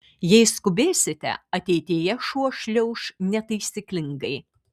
jei skubėsite ateityje šuo šliauš netaisyklingai